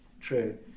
true